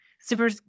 super